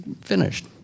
finished